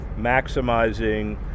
maximizing